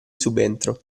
subentro